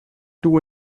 two